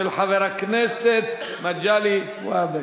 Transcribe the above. של חבר הכנסת מגלי והבה.